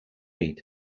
and